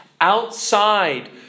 outside